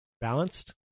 Balanced